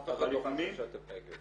אף אחד לא חושב שאתם נגד.